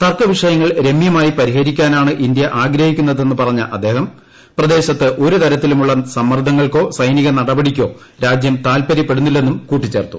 തർക്കവിഷയങ്ങൾ രമൃമായി പരിഹരിക്കാനാണ് ഇന്ത്യ ആഗ്രഹിക്കുന്നതെന്ന് പറഞ്ഞ അദ്ദേഹം പ്രദേശത്ത് ഒരു തർത്തിലുമുള്ള സമ്മർദ്ദങ്ങൾക്കോ സൈനിക നടപടിയ്ക്കോ രാജ്യം താൽപ്പരൂപ്പെടുന്നില്ലെന്നും കൂട്ടിച്ചേർത്തു